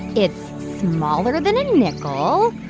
it's smaller than a nickel,